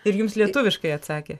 ir jums lietuviškai atsakė